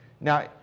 Now